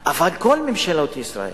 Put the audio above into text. אבל כל ממשלות ישראל